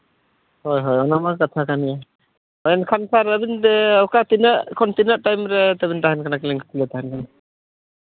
ᱦᱳᱭ ᱦᱳᱭ ᱚᱱᱟ ᱢᱟ ᱠᱟᱛᱷᱟ ᱠᱟᱱᱜᱮ ᱢᱮᱱᱠᱷᱟᱱ ᱥᱮᱨ ᱟᱹᱵᱤᱱ ᱚᱠᱟ ᱛᱤᱱᱟᱹᱜ ᱠᱷᱚᱱ ᱛᱤᱱᱟᱹᱜ ᱴᱟᱹᱭᱤᱢ ᱨᱮ ᱛᱟᱹᱵᱤᱱ ᱛᱟᱦᱮᱱ ᱠᱟᱱᱟ ᱠᱞᱤᱱᱤᱠ ᱠᱷᱩᱞᱟᱹᱣ ᱛᱟᱦᱮᱱ ᱠᱟᱱᱟ